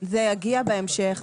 זה יגיע בהמשך.